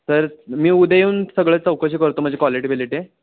तर मी उद्या येऊन सगळं चौकशी करतो माझी क्वालिटी बिलिटी